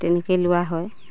তেনেকেই লোৱা হয়